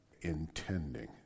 intending